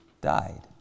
died